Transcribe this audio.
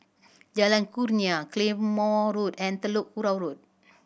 Jalan Kurnia Claymore Road and Telok Kurau Road